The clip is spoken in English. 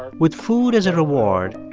with food as a reward,